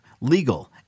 legal